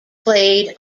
played